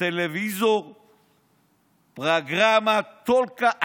טלוויזיו פרגרמה טולקה אצ'י.